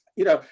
you know,